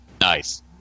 Nice